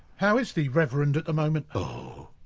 how is the reverend at the moment? oh!